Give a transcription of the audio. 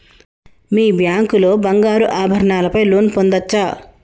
మీ bank లో బంగారు ఆభరణాల పై లోన్ పొందచ్చా?